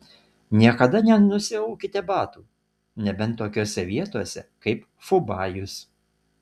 niekada nenusiaukite batų nebent tokiose vietose kaip fubajus